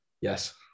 Yes